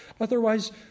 Otherwise